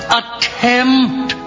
attempt